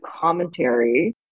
commentary